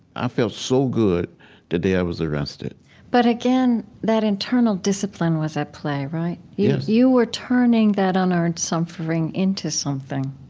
i felt so good the day i was arrested but, again, that internal discipline was at play, right? yes you were turning that unearned suffering into something